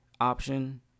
option